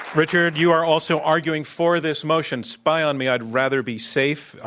richard, you are also arguing for this motion spy on me, i'd rather be safe. ah